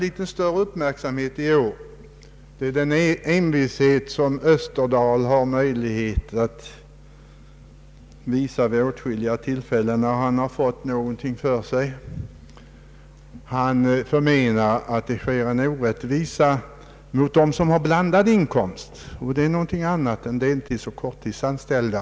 I år har vi uppmärksammat en fråga som herr Österdahl återkommit till med stor envishet. Han förmenar att det sker en orättvisa mot dem som har blandad inkomst. Det är något annat än deltidsoch korttidsanställda.